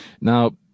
Now